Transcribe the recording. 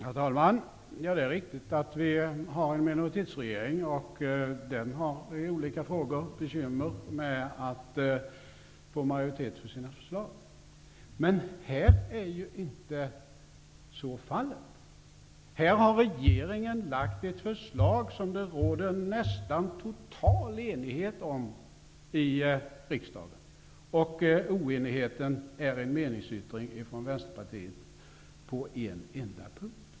Herr talman! Det är riktigt att vi har en minoritetsregering. Den har i olika frågor bekymmer med att få majoritet för sina förslag. Men i denna fråga är det inte fallet! Här har regeringen lagt fram ett förslag som det råder nästan total enighet om i riksdagen. Oenigheten består i en meningsyttring från Vänsterpartiet på en enda punkt.